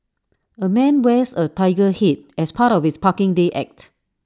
A man wears A Tiger Head as part of his parking day act